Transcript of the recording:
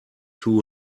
two